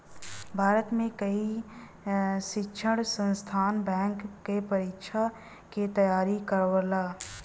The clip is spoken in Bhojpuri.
भारत में कई शिक्षण संस्थान बैंक क परीक्षा क तेयारी करावल